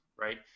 right